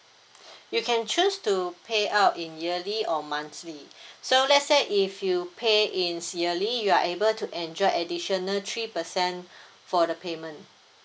you can choose to payout in yearly or monthly so let's say if you pay in yearly you are able to enjoy additional three percent for the payment